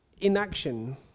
inaction